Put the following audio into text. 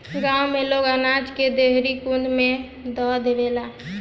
गांव में लोग अनाज के देहरी कुंडा में ध देवेला